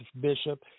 bishop